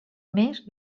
més